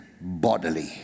bodily